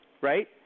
Right